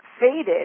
faded